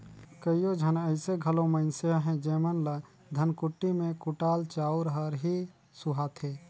कइयो झन अइसे घलो मइनसे अहें जेमन ल धनकुट्टी में कुटाल चाँउर हर ही सुहाथे